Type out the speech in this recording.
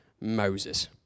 Moses